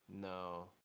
No